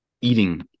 eating